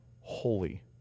holy